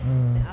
mm